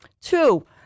Two